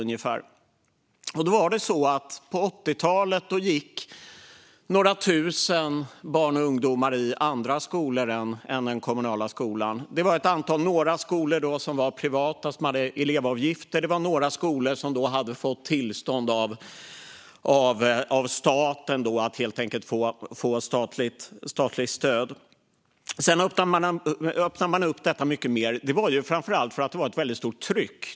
På 1980-talet var det några tusen barn och ungdomar som gick i andra skolor än den kommunala skolan - några skolor var privata och hade elevavgifter, och några skolor hade beviljats statligt stöd. Sedan öppnade man upp detta mycket mer. Det var framför allt för att det var ett väldigt stort tryck.